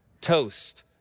toast